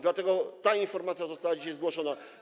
Dlatego ta informacja została dzisiaj zgłoszona.